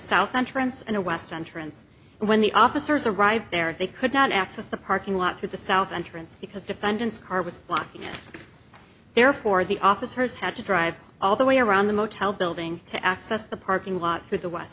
south entrance and a west entrance when the officers arrived there they could not access the parking lot through the south entrance because defendants car was blocking therefore the officers had to drive all the way around the motel building to access the parking lot through the west